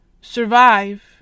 survive